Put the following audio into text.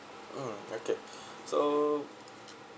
um okay so